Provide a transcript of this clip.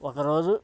ఒకరోజు